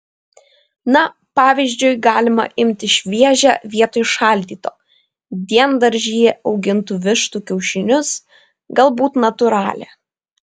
na pavyzdžiui galima imti šviežią vietoj šaldyto diendaržyje augintų vištų kiaušinius galbūt natūralią